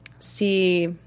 See